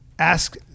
Ask